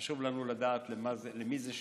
חשוב לנו לדעת למי זה שייך.